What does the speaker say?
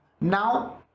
Now